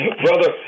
Brother